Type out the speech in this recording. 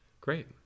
Great